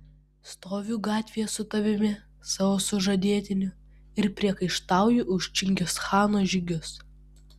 stoviu gatvėje su tavimi savo sužadėtiniu ir priekaištauju už čingischano žygius